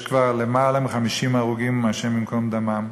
יש כבר למעלה מ-50 הרוגים, השם ייקום דמם.